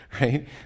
right